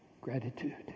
Gratitude